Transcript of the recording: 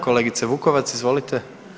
Kolegice Vukovac, izvolite.